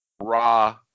raw